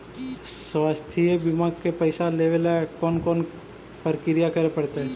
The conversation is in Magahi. स्वास्थी बिमा के पैसा लेबे ल कोन कोन परकिया करे पड़तै?